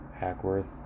Hackworth